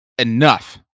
Enough